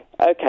Okay